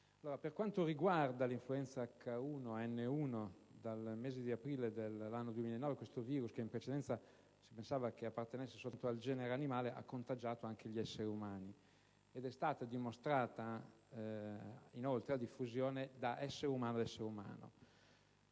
Per quanto riguarda l'influenza H1N1, dal mese di aprile del 2009 questo virus, che in precedenza si pensava appartenesse solo al genere animale, ha contagiato anche gli esseri umani; inoltre, è stata dimostrata la diffusione da essere umano a essere umano.